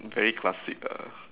very classic lah